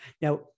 Now